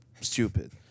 stupid